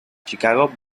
chicago